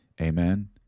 amen